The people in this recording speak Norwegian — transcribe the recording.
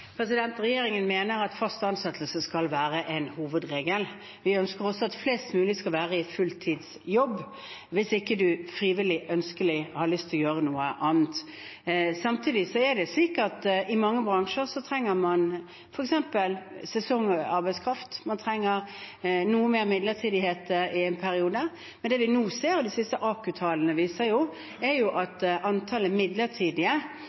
Regjeringen mener at fast ansettelse skal være en hovedregel. Vi ønsker også at flest mulig skal være i fulltidsjobb – hvis man ikke frivillig, ønsket, har lyst til å gjøre noe annet. Samtidig er det slik at i mange bransjer trenger man f.eks. sesongarbeidskraft, man trenger noe mer midlertidighet i en periode. Det vi nå ser av de siste AKU-tallene, er at antall midlertidige, altså folk som er i midlertidige